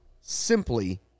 simply